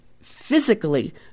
physically